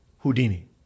Houdini